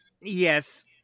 Yes